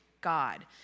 God